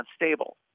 unstable